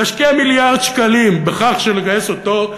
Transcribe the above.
להשקיע מיליארד שקלים בכך שנגייס אותו,